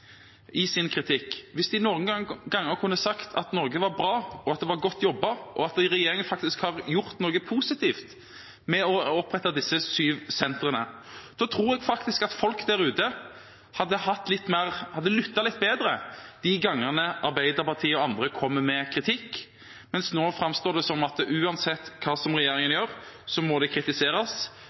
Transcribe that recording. hvis de noen ganger kunne si at Norge er bra, at det er godt jobbet, og at regjeringen har gjort noe positivt ved å opprette disse syv sentrene. Da tror jeg at folk der ute hadde lyttet litt bedre de gangene Arbeiderpartiet og andre kom med kritikk, mens det nå framstår som at uansett hva regjeringen gjør, må det kritiseres